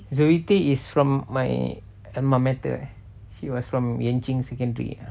zoe tay is from my alma mater eh she was from yuan ching secondary